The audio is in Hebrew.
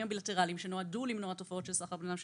הבילטרליים שנועדו למנוע תופעות של סחר בבני אדם,